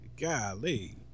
Golly